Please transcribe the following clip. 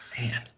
Man